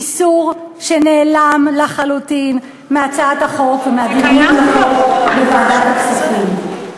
איסור שנעלם לחלוטין מהצעת החוק ומהדיון בחוק בוועדת הכספים.